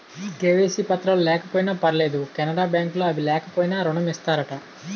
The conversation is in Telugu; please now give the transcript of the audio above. కే.వై.సి పత్రాలు లేకపోయినా పర్లేదు కెనరా బ్యాంక్ లో అవి లేకపోయినా ఋణం ఇత్తారట